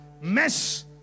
Mess